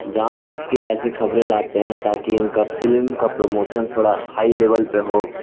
جان بوجھ کے ایسیے خبریں لاتے ہیں تاکہ ان کا فلم کا پروموشن تھوڑا ہائی لیول پہ ہو